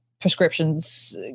prescriptions